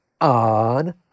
on